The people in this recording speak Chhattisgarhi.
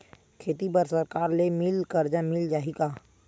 खेती बर सरकार ले मिल कर्जा मिल जाहि का?